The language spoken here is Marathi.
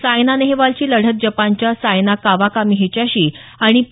सायना नेहेवालची लढत जपानच्या सायना कावाकामी हिच्याशी आणि पी